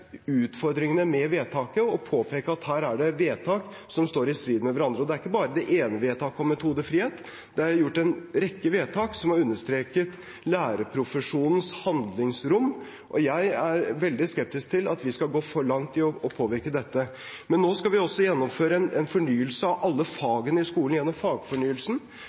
utfordringene med vedtaket og påpeke at her er det vedtak som står i strid med hverandre. Og det er ikke bare det ene vedtaket om metodefrihet, det er gjort en rekke vedtak som har understreket lærerprofesjonens handlingsrom, og jeg er veldig skeptisk til at vi skal gå for langt i å påvirke dette. Men nå skal vi også gjennomføre en fornyelse av alle fagene i skolen gjennom fagfornyelsen,